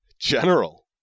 General